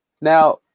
Now